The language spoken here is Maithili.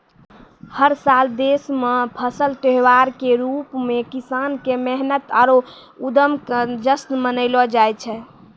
हर साल देश मॅ फसल त्योहार के रूप मॅ किसान के मेहनत आरो उद्यम के जश्न मनैलो जाय छै